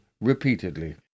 repeatedly